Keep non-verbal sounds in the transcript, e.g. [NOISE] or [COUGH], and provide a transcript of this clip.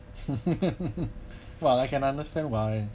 [LAUGHS] well I can understand why